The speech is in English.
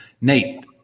Nate